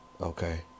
okay